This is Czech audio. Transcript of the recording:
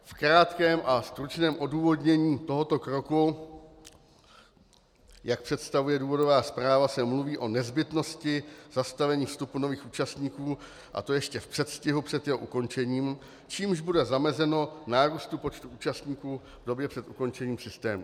V krátkém a stručném odůvodnění tohoto kroku, jak představuje důvodová zpráva, se mluví o nezbytnosti zastavení vstupu nových účastníků, a to ještě v předstihu před jeho ukončením, čímž bude zamezeno nárůstu počtu účastníků v době před ukončením systému.